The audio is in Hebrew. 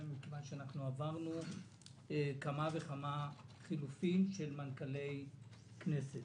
מכיוון שאנחנו עברנו כמה וכמה חילופים של מנכ"לי כנסת.